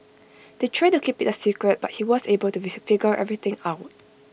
they tried to keep IT A secret but he was able to figure everything out